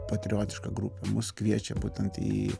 patriotiška grupė mus kviečia būtent į